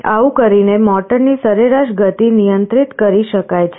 આવું કરીને મોટરની સરેરાશ ગતિ નિયંત્રિત કરી શકાય છે